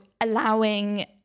allowing